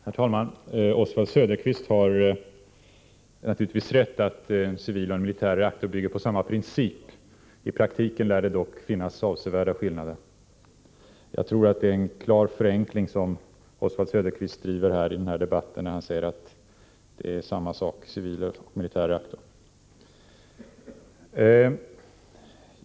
Herr talman! Oswald Söderqvist har naturligtvis rätt i att civila och militära reaktorer bygger på samma princip. I praktiken lär det dock finnas avsevärda skillnader. Det är en klar förenkling i debatten som Oswald Söderqvist gör när han säger att civila och militära reaktorer är samma sak.